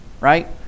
right